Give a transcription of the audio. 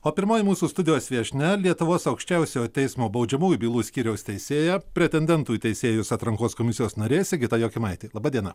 o pirmoji mūsų studijos viešnia lietuvos aukščiausiojo teismo baudžiamųjų bylų skyriaus teisėja pretendentų į teisėjus atrankos komisijos narė sigita jokimaitė laba diena